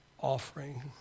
offering